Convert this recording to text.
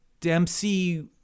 Dempsey